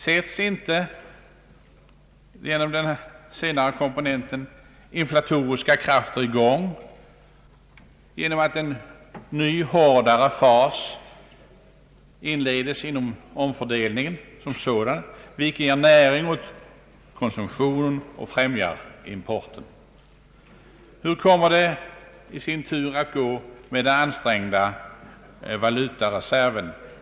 Sätter inte den senare komponenten inflatoriska krafter i gång genom att en ny hårdare fas inleds i omfördelningen som sådan, vilket ger näring åt konsumtionen och främjar importen? Hur kommer det i sin tur att gå med den ansträngda valutareserven?